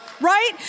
Right